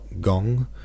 gong